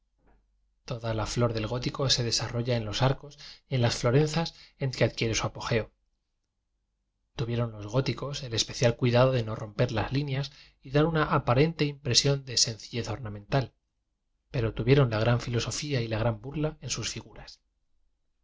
oda la flor del gótico se desarrolla en los drcos y eh las florenzas en que adquiere su apogeo tuvieron los góticos el especial cuidado de no romper tas líneas y dar una aparente impresión de sencillez ornamental pero tuvieron la gran filosofía y la gran burla en sus figuras